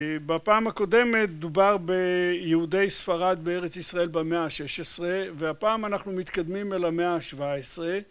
בפעם הקודמת דובר ביהודי ספרד בארץ ישראל במאה ה-16, והפעם אנחנו מתקדמים אל המאה ה-17